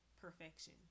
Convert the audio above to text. perfection